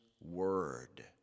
word